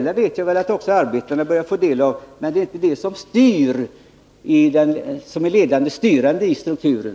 Jag vet väl att också arbetarbarnen börjar få del av det materiella, men det är inte det som är ledande och styrande i strukturen.